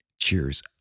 Cheers